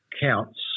counts